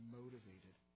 motivated